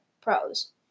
pros